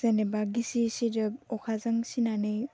जेनेबा गिसि सिदोब अखाजों सिनानै